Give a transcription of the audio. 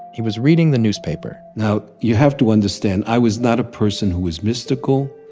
he was reading the newspaper. now, you have to understand, i was not a person who was mystical.